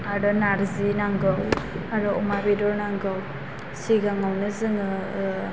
आरो नारजि नांगौ आरो अमा बेदर नांगौ सिगाङावनो जोङो